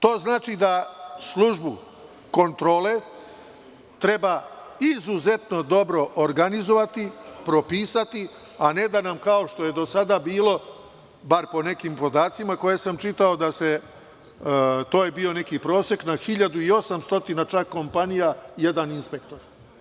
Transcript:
To znači da službu kontrole treba izuzetno dobro organizovati, propisati, a ne da nam kao što je do sada bilo, bar po nekim podacima koje sam čitao, to je bio neki prosek na 1.800 čak kompanija jedan inspektor.